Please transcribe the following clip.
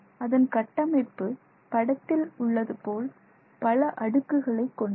அதன் கட்டமைப்பு படத்தில் உள்ளது போல் பல அடுக்குகளை கொண்டது